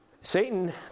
Satan